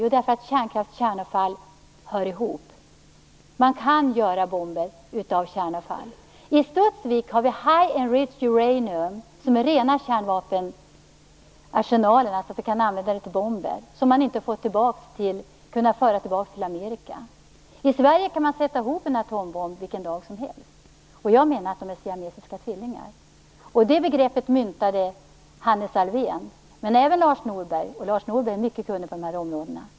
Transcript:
Jo, därför att kärnkraft och kärnavfall hör ihop. Man kan göra bomber av kärnavfall. I Studsvik har vi high and rich uranium som är rena kärnvapenarsenalen, vi kan använda det till bomber. Man har inte kunnat föra tillbaka det till Amerika. I Sverige kan man sätta ihop en atombomb vilken dag som helst. Jag menar att de är siamesiska tvillingar. Det begreppet myntade Hannes Alfvén, men även Lars Norberg, och Lars Norberg är mycket kunnig på de här områdena.